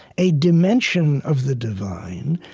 a dimension of the divine,